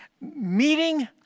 Meeting